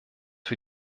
für